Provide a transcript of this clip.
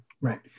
right